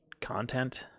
content